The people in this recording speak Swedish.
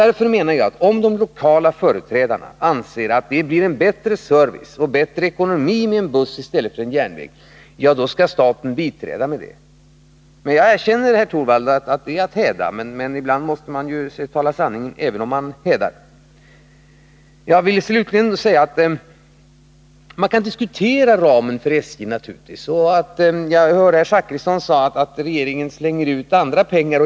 Därför menar jag, att om de lokala företrädarna anser att det blir bättre service och bättre ekonomi med buss än med järnväg, skall staten biträda. Jag erkänner, herr Torwald, att det är att häda, men ibland måste man ju tala sanning, även om man då hädar. Naturligtvis kan man diskutera ramen för SJ. Herr Zachrisson sade att regeringen slänger ut pengar på annat.